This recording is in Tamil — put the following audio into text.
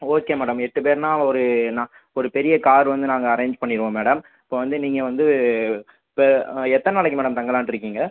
ஓகே மேடம் எட்டு பேருன்னால் ஒரு நா ஒரு பெரிய கார் வந்து நாங்கள் அரேஞ்ச் பண்ணிடுவோம் மேடம் இப்போ வந்து நீங்கள் வந்து இப்போ எத்தனை நாளைக்கு மேடம் தங்கலான்ருக்கீங்க